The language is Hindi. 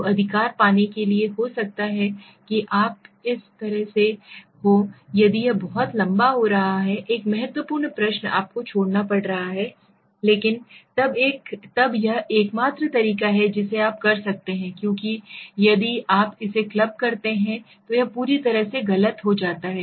तो अधिकार पाने के लिए हो सकता है कि आप इस तरह से हो यदि यह बहुत लंबा हो रहा है एक महत्वपूर्ण प्रश्न आपको छोड़ना पड़ सकता है लेकिन तब यह एकमात्र तरीका है जिसे आप कर सकते हैं क्योंकि यदि आप इसे क्लब करते हैं तो यह पूरी तरह से गलत हो रहा है